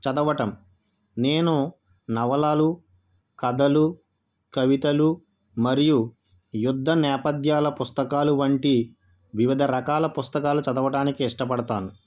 చదవటం నేను నవలలు కథలు కవితలు మరియు యుద్ధ నేపథ్యాల పుస్తకాలు వంటి వివిధ రకాల పుస్తకాలు చదవడానికి ఇష్టపడతాను